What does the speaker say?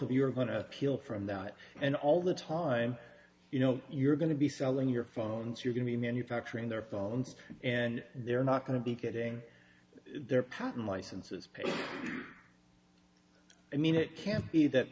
of you are going to appeal from that and all the time you know you're going to be selling your phones you're going to be manufacturing their phones and they're not going to be getting their patent licenses paid i mean it can't be that